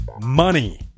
Money